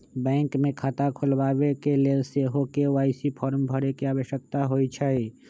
bank मे खता खोलबाबेके लेल सेहो के.वाई.सी फॉर्म भरे के आवश्यकता होइ छै